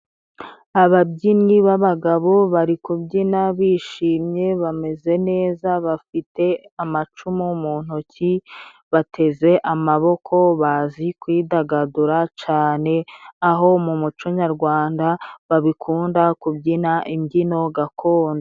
Ababyinnyi b'abagabo bari kubyina bishimye bameze neza bafite amacumu mu ntoki bateze amaboko bazi kwidagadura cane aho mu muco nyarwanda babikunda kubyina imbyino gakondo.